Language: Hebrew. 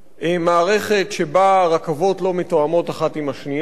מערכת שבה הרכבות לא מתואמות אחת עם השנייה,